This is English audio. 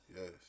Yes